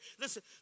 listen